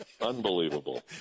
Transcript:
Unbelievable